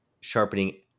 sharpening